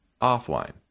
offline